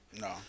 No